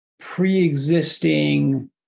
pre-existing